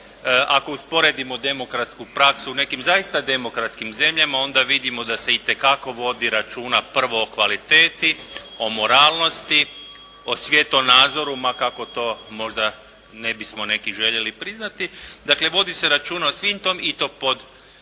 Ako usporedimo demokratsku praksu u nekim zaista demokratskim zemljama, onda vidimo da se itekako vodi računa prvo o kvaliteti, o moralnosti, o svjetonazoru, ma kako to možda ne bismo neki željeli priznati. Dakle, vodi se računa o svim tome, i to pod potpuno